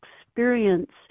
experience